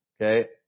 okay